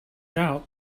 out